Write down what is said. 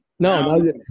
No